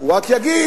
הוא רק יגיד: